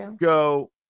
go